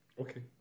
Okay